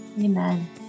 Amen